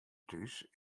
thús